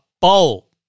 bowl